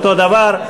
אותו דבר.